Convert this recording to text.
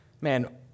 man